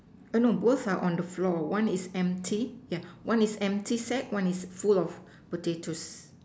uh no both are on the floor one is empty yeah one is empty sack one is full of potatoes